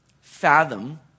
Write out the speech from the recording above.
fathom